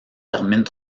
terminent